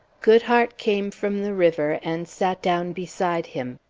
goodhart came from the river, and sat down beside him.